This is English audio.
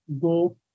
go